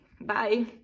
Bye